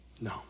No